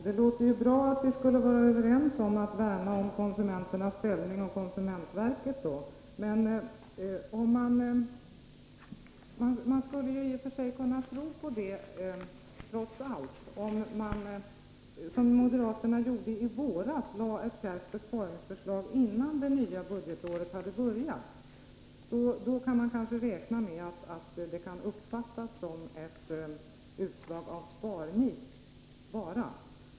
Fru talman! Det låter bra att vi skulle vara överens om att värna konsumenternas ställning och konsumentverket. Man kunde kanske tro på det om moderaterna hade gjort som i våras, när man lade fram ett kärvt besparingsförslag, innan det nya budgetåret hade börjat. Då kunde man kanske räkna med att det skulle uppfattas som enbart ett utslag av sparnit.